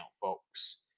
folks